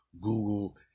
Google